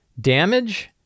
damage